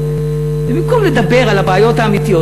ובמקום לדבר על הבעיות האמיתיות,